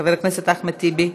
חבר הכנסת אחמד טיבי,